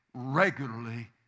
regularly